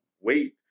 wait